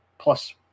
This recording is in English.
Plus